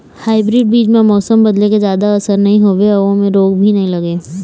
hybrid बीज म मौसम बदले के जादा असर नई होवे अऊ ऐमें रोग भी नई लगे